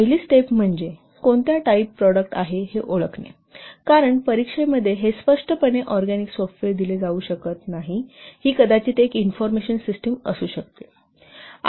पहिली स्टेप म्हणजे कोणत्या टाईप प्रॉडक्ट आहे हे ओळखणे कारण परीक्षेमध्ये हे स्पष्टपणे ऑरगॅनिक सॉफ्टवेअर दिले जाऊ शकत नाही ही कदाचित एक इन्फॉर्मेशन सिस्टिम असू शकते